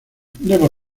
debo